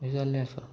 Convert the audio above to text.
हें जाल्लें आसा